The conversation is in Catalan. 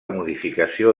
modificació